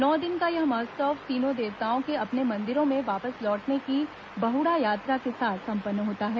नौ दिन का यह महोत्सव तीनों देवताओं के अपने मन्दिरों में वापस लौटने की बहड़ा यात्रा के साथ सम्पन्न होता है